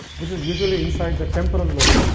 which is usually inside the temporal lobe.